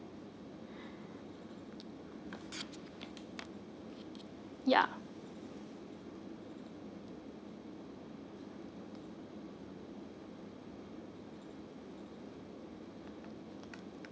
ya